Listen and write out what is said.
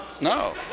No